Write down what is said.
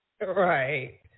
Right